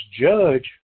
judge